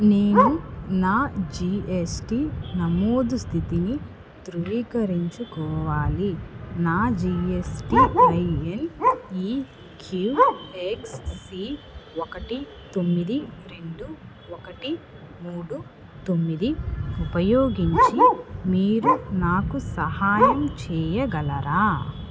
నేను నా జిఎస్టి నమోదు స్థితిని ధృవీకరించుకోవాలి నా జిఎస్టిఐఎన్ ఈక్యూఎక్స్సీ ఒకటి తొమ్మిది రెండు ఒకటి మూడు తొమ్మిది ఉపయోగించి మీరు నాకు సహాయం చెయ్యగలరా